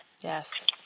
Yes